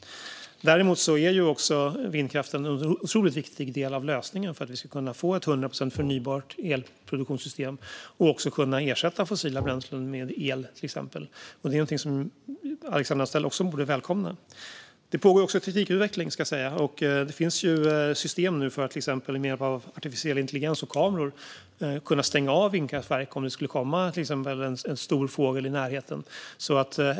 Däremot är vindkraften en otroligt viktig del av lösningen för att vi ska kunna få ett 100 procent förnybart elproduktionssystem och kunna ersätta fossila bränslen med till exempel el. Det är någonting som också Alexandra Anstrell borde välkomna. Det pågår också teknikutveckling. Det finns nu system för att man med hjälp av artificiell intelligens och kameror ska kunna stänga av vindkraftverk om det skulle komma till exempel en stor fågel i närheten.